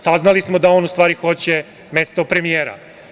Saznali smo da on u stvari hoće mesto premijera.